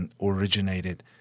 originated